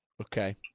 Okay